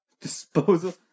disposal